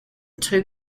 two